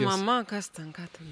mama kas ten ką ten